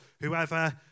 whoever